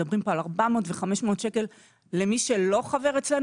מדברים פה על 400 ו-500 שקל למי שלא חבר אצלנו.